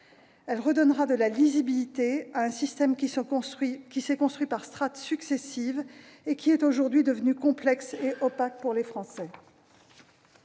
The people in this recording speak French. Elle redonnera de la lisibilité à un système qui s'est construit par strates successives et qui est aujourd'hui devenu complexe et opaque pour les Français.